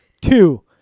Two